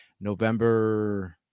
November